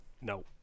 no